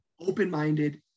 Open-minded